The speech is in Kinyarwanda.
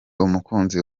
umukunzi